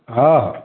हँ हँ